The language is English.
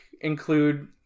include